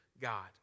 God